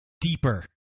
deeper